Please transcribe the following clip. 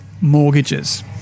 mortgages